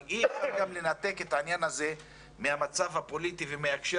אי אפשר גם לנתק את העניין הזה מהמצב הפוליטי ומההקשר